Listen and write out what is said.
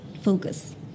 Focus